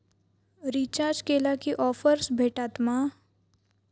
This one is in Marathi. रिचार्ज केला की ऑफर्स भेटात मा?